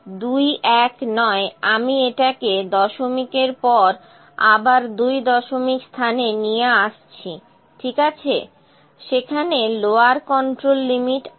সুতরাং 0219 আমি এটাকে দশমিকের পর আবার দুই দশমিক স্থানে নিয়ে আসছি ঠিক আছে সেখানে লোয়ার কন্ট্রোল লিমিট আছে